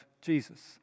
Jesus